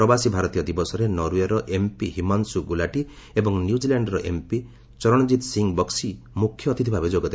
ପ୍ରବାସୀ ଭାରତୀୟ ଦିବସରେ ନରଓ୍ୱେର ଏମ୍ପି ହିମାଂଶୁ ଗୁଲାଟି ଏବଂ ନ୍ୟୁଜିଲାଣ୍ଡର ଏମ୍ପି ଚରଣଜୀତ୍ ସିଂହ ବକ୍କି ମୁଖ୍ୟ ଅତିଥି ଭାବେ ଯୋଗ ଦେବେ